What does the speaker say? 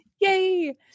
Yay